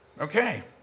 okay